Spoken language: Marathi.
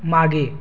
मागे